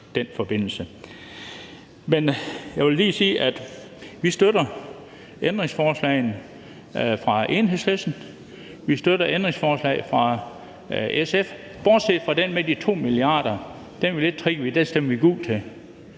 den forbindelse. Men jeg vil lige sige, at vi støtter ændringsforslaget fra Enhedslisten, og vi støtter ændringsforslagene fra SF, bortset fra den med de 2 mia. kr. Den er lidt